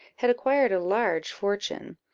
had acquired a large fortune,